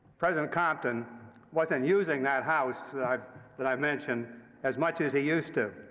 president compton wasn't using that house that i've that i've mentioned as much as he used to.